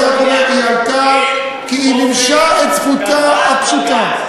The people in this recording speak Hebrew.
אני רק אומר: היא עלתה כי היא מימשה את זכותה הפשוטה.